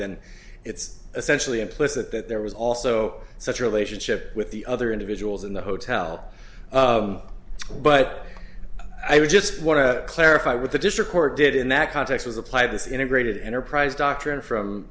then it's essentially implicit that there was also such a relationship with the other individuals in the hotel but i just want to clarify with the district court did in that context was apply this integrated enterprise doctrine from